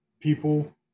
people